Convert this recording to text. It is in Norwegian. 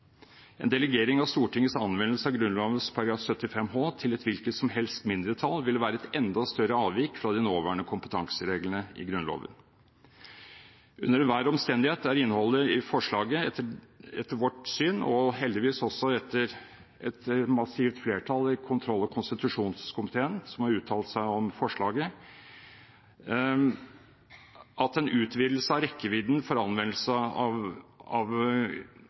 En delegering av Stortingets anvendelse av Grunnloven § 75 h til et hvilket som helst mindretall, ville være et enda større avvik fra de nåværende kompetansereglene i Grunnloven. Under enhver omstendighet er innholdet i forslaget etter vårt syn, og heldigvis også etter synet til et massivt flertall i kontroll- og konstitusjonskomiteen som har uttalt seg om forslaget, at en utvidelse av rekkevidden for anvendelsen av